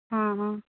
ہاں ہاں